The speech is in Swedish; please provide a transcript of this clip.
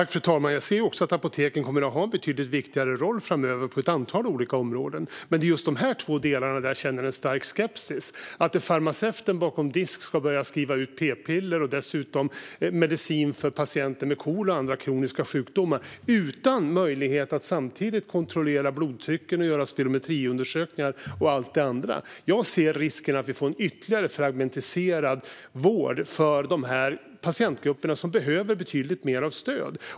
Fru talman! Jag ser också att apoteken kommer att ha en betydligt viktigare roll framöver, på ett antal olika områden, men det är i just dessa två delar jag känner stark skepsis. Om farmaceuter bakom disk ska börja skriva ut p-piller och dessutom medicin till patienter med KOL och andra kroniska sjukdomar - utan möjlighet att samtidigt kontrollera blodtryck, göra spirometriundersökningar och allt det andra - ser jag risken att vi får en ytterligare fragmentiserad vård för de patientgrupper som behöver betydligt mer stöd.